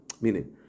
Meaning